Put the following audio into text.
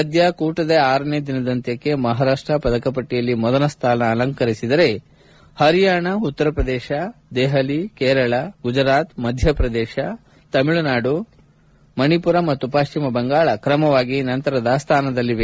ಸದ್ಯ ಕೂಟದ ಆರನೇ ದಿನದಂತ್ಯಕ್ಕೆ ಮಹಾರಾಷ್ಟ್ ಪದಕ ಪಟ್ಷಿಯಲ್ಲಿ ಮೊದಲ ಸ್ಥಾನ ಅಲಂಕರಿಸಿದರೆ ಹರಿಯಾಣ ಉತ್ತರ ಪ್ರದೇಶ ದೆಹಲಿ ಕೇರಳ ಗುಜರಾತ್ ಮಧ್ಯಪ್ರದೇಶ ತಮಿಳುನಾಡು ಮಣಿಪುರ ಮತ್ತು ಪಶ್ಚಿಮ ಬಂಗಾಳ ಕ್ರಮವಾಗಿ ನಂತರದ ಸ್ಥಾನದಲ್ಲಿವೆ